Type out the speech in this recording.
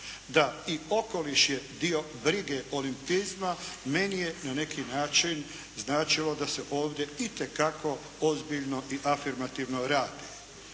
da okoliš je dio brige olimpizma meni je na neki način značilo da se ovdje itekako ozbiljno i afirmativno radi.